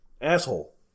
asshole